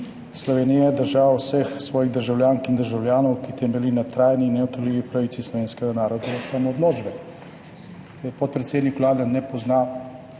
»Slovenija je država vseh svojih državljank in državljanov, ki temelji na trajni in neodtujljivi pravici slovenskega naroda do samoodločbe.« Podpredsednik Vlade ne pozna